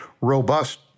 robust